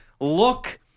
Look